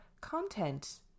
content